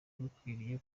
bukwiriye